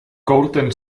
golden